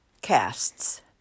casts